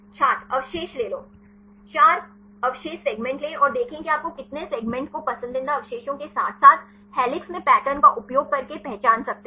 छात्र 4 अवशेष ले लो 4 अवशेष सेगमेंट लें और देखें कि आप कितने सेगमेंट को पसंदीदा अवशेषों के साथ साथ हेलिसेस में पैटर्न का उपयोग करके पहचान सकते हैं